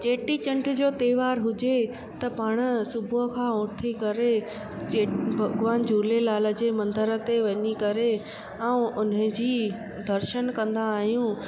चेटीचंड जो त्योहार हुजे त पाण सुबुह खां उथी करे चे भॻिवान झूलेलाल जे मंदर ते वञी करे ऐं उनजी दर्शन कंदा आहियूं